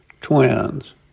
twins